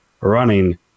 running